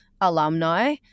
alumni